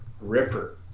ripper